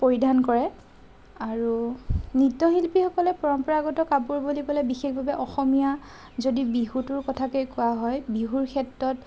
পৰিধান কৰে আৰু নৃত্যশিল্পীসকলে পৰম্পৰাগত কাপোৰ বুলিবলৈ বিশেষভাৱে অসমীয়া যদি বিহুটোৰ কথাকেই কোৱা হয় বিহুৰ ক্ষেত্ৰত